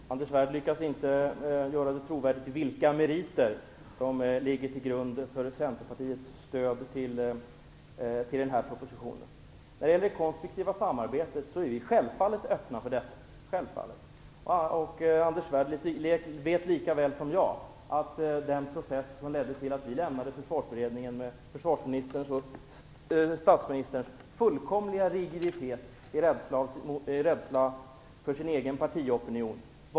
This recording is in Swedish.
Fru talman! Anders Svärd lyckas inte göra det trovärdigt vilka meriter som ligger till grund för Centerpartiets stöd till propositionen. Moderaterna är självfallet öppna för konstruktivt samarbete. Anders Svärd vet lika väl som jag att den process som ledde till att vi lämnade Försvarsberedningen var försvarsministerns och statsministerns fullkomliga rigiditet i rädsla för sin egen partiopinion.